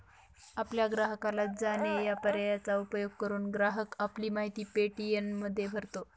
आपल्या ग्राहकाला जाणे या पर्यायाचा उपयोग करून, ग्राहक आपली माहिती पे.टी.एममध्ये भरतो